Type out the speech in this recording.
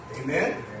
Amen